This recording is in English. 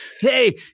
hey